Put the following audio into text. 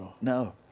No